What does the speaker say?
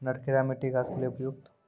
नटखेरा मिट्टी घास के लिए उपयुक्त?